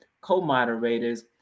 co-moderators